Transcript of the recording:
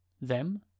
Them